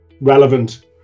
relevant